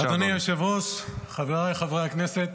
אדוני היושב-ראש, חבריי חברי הכנסת,